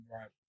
Right